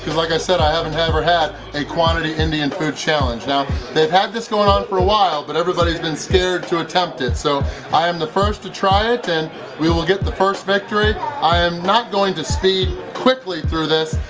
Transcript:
like i said i haven't ever had a quantity indian food challenge now they've had this going on for a while but everybody's been too scared to attempt it, so i am the first to try it and we will get the first victory i am not going to speed quickly through this.